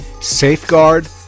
safeguard